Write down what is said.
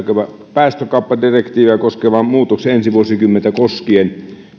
päästökauppadirektiiviä koskevan muutoksen ensi vuosikymmentä koskien